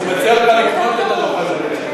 אני מציע לך לקנות את הדוח הזה.